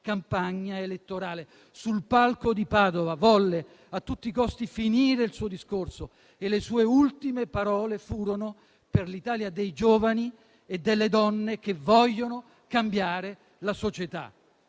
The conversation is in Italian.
campagna elettorale. Sul palco di Padova volle a tutti i costi finire il suo discorso e le sue ultime parole furono per "l'Italia" dei giovani e "delle donne che vogliono cambiare la società".